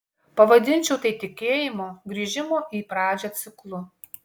pavadinčiau tai tikėjimo grįžimo į pradžią ciklu